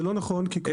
זה לא נכון.